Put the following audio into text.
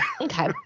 Okay